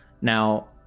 now